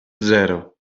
zero